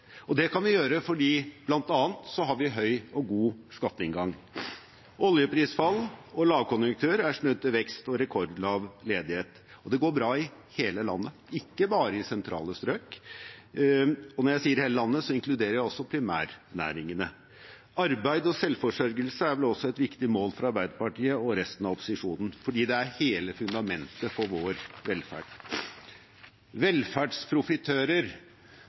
kan vi gjøre bl.a. fordi vi har en høy og god skatteinngang. Oljeprisfall og lavkonjunktur er snudd til vekst og rekordlav ledighet, og det går bra i hele landet, ikke bare i sentrale strøk. Når jeg sier «hele landet», inkluderer jeg også primærnæringene. Arbeid og selvforsørgelse er vel også et viktig mål for Arbeiderpartiet og resten av opposisjonen, for det er hele fundamentet for vår velferd.